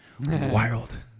Wild